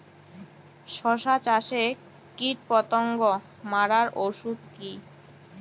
শসা চাষে কীটপতঙ্গ মারার ওষুধ কি?